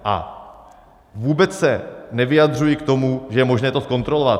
A vůbec se nevyjadřuji k tomu, že je možné to zkontrolovat.